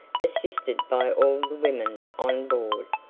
assisted by all the women on board.